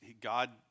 God